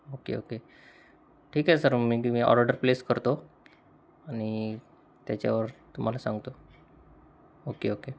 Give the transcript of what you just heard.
okay okay ठीक आहे sir मी किनई ऑर्डर प्लेस करतो आणि त्याच्यावर तुम्हाला सांगतो ओके ओके